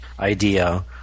idea